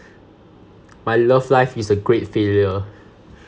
my love life is a great failure